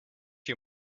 you